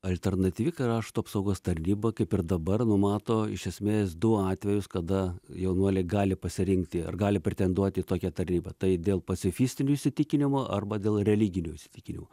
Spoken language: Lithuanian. alternatyvi krašto apsaugos tarnyba kaip ir dabar numato iš esmės du atvejus kada jaunuoliai gali pasirinkti ar gali pretenduoti į tokią tarnybą tai dėl pacifistinių įsitikinimų arba dėl religinių įsitikinimų